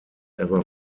ever